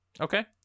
Okay